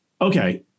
okay